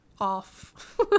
off